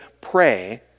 pray